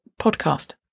podcast